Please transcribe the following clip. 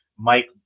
Mike